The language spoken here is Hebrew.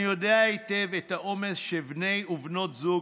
אני יודע היטב מהו העומס שבני ובנות זוג